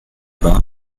bas